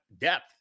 depth